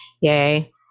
Yay